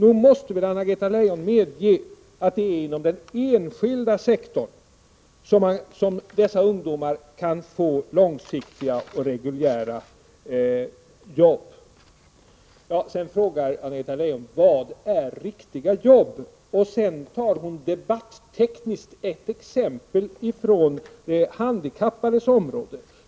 Nog måste väl Anna Greta Leijon medge att det är inom den enskilda sektorn som dessa ungdomar kan få långsiktiga och reguljära jobb? Slutligen ställer Anna-Greta Leijon frågan vad som är riktiga jobb och använder debattekniken att ta exempel från de handikappades område.